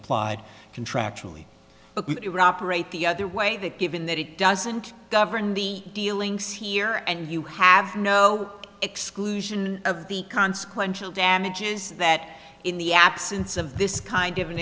applied contractually operate the other way that given that it doesn't govern the dealings here and you have no exclusion of the consequential damages that in the absence of this kind of an